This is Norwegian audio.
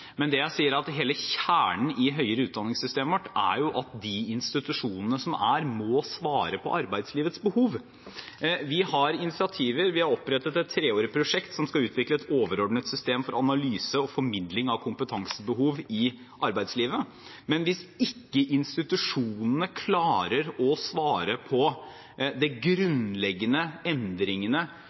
men hele kjernen i det høyere utdanningssystemet vårt er at de institusjonene som er, må svare på arbeidslivets behov. Vi har tatt initiativer. Vi har opprettet et treårig prosjekt som skal utvikle et overordnet system for analyse og formidling av kompetansebehov i arbeidslivet. Men hvis ikke institusjonene klarer å svare på de grunnleggende endringene